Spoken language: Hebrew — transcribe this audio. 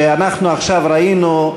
אנחנו עכשיו ראינו,